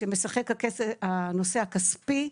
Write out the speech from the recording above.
כשמשחק הנושא הכספי,